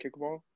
kickball